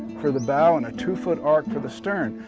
for the bow and a two foot arc for the stern.